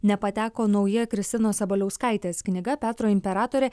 nepateko nauja kristinos sabaliauskaitės knyga petro imperatorė